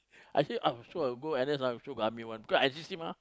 I feel oh sure N_S go army one because N_C_C mah